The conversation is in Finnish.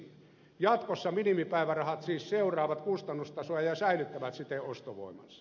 jatkossa minimipäivärahat siis seuraavat kustannustasoa ja säilyttävät siten ostovoimansa